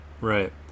right